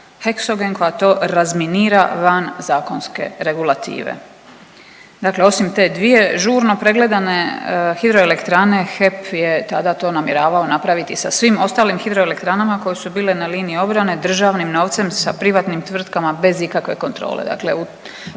Heksogen koja to razminira van zakonske regulative. Dakle osim te dvije žurno pregledane hidroelektrane HEP je tada to namjeravao napraviti i sa svim ostalim hidroelektranama koje su bile na liniji obrane državnim novcem sa privatnim tvrtkama bez ikakve kontrole,